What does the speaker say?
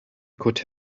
could